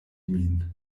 min